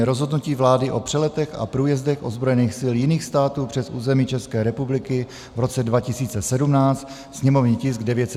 Rozhodnutí vlády o přeletech a průjezdech ozbrojených sil jiných států přes území České republiky v roce 2017 /sněmovní tisk 970/ prvé čtení